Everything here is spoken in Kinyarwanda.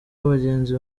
bagenzi